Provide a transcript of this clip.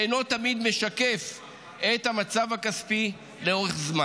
שאינו תמיד משקף את המצב הכספי לאורך זמן,